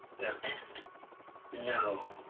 end no,